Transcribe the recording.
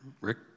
Rick